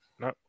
no